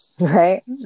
Right